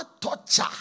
torture